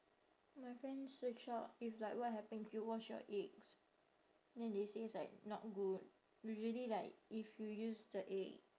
my friend search up if like what happen if you wash your eggs then they say it's like not good usually like if you use the egg